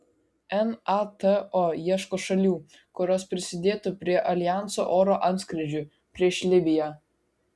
nato ieško šalių kurios prisidėtų prie aljanso oro antskrydžių prieš libiją